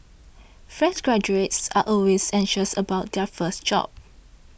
fresh graduates are always anxious about their first job